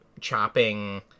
chopping